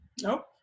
no